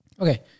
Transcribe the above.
Okay